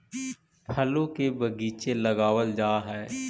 फलों के बगीचे लगावल जा हई